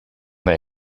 the